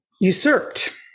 usurped